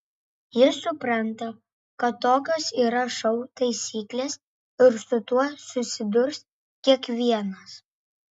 jis supranta kad tokios yra šou taisyklės ir su tuo susidurs kiekvienas